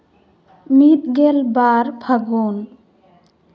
ᱢᱤᱫ ᱜᱮᱞ ᱵᱟᱨ ᱯᱷᱟᱹᱜᱩᱱ